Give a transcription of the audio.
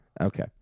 Okay